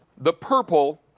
the purple,